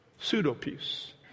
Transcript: pseudo-peace